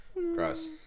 Gross